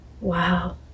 Wow